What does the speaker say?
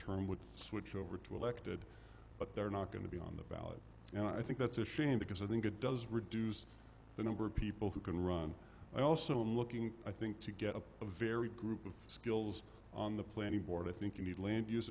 term would switch over to elected but they're not going to be on the ballot and i think that's a shame because i think it does reduce the number of people who can run also looking i think to get a very group of skills on the planning board i think you need land use